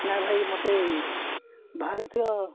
ନାଇଁ ଭାଇ ମୋତେ ଭାରତୀୟ